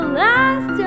last